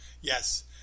Yes